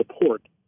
support